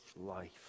life